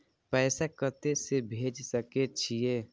पैसा कते से भेज सके छिए?